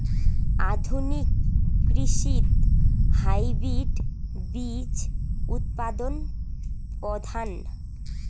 আধুনিক কৃষিত হাইব্রিড বীজ উৎপাদন প্রধান